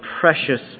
precious